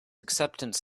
acceptance